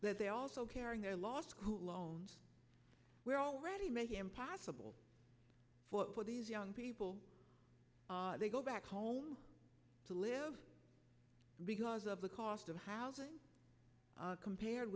that they also carrying their law school loans were already making impossible for these young people they go back home to live because of the cost of housing compared